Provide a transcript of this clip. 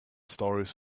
stories